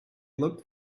looked